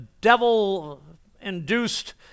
devil-induced